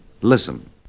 Listen